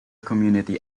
community